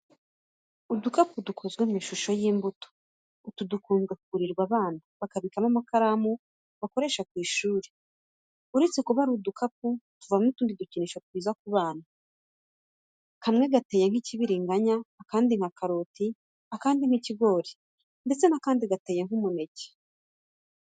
Udukapu dukozwe mu ishusho y'imbuto, utu dukunzwe kugurirwa abana bakabikamo amakaramu bakoresha ku ishuri. Uretse kuba ari udukapu, tuvamo kandi udukinisho twiza ku bana. Kamwe gateye nk'ikibiringanya, akandi nka karoti, akandi nk'ikigori ndetse n'akandi gateye nk'umuneke.